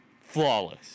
Flawless